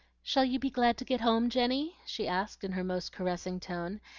shall you be glad to get home, jenny? she asked in her most caressing tone,